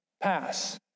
pass